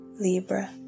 Libra